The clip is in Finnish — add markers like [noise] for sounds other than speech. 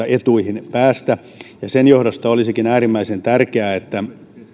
[unintelligible] etuihin päästä sen johdosta olisikin äärimmäisen tärkeää että